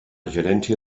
gerència